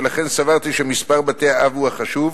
ולכן סברתי שמספר בתי-האב הוא החשוב,